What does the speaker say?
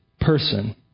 person